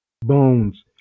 Bones